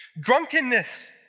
drunkenness